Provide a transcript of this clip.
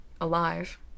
alive